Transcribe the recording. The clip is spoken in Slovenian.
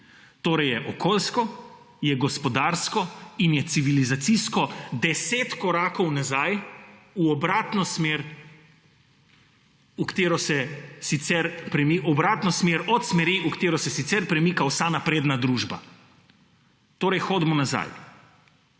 Torej, je okoljsko, je gospodarsko in je civilizacijsko deset korakov nazaj v obratno smer od smeri, v katero se sicer premika vsa napredna družba. Torej, hodimo nazaj.